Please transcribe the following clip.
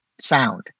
sound